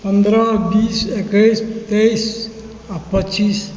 पन्द्रह बीस एकैस तेइस आ पच्चीस